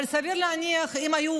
אבל סביר להניח שאם החיים היו